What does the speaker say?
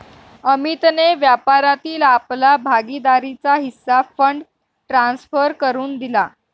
अमितने व्यापारातील आपला भागीदारीचा हिस्सा फंड ट्रांसफर करुन दिला